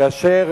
כאשר